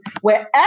wherever